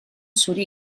zuri